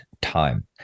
time